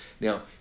Now